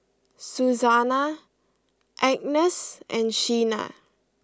Susana Agness and Shena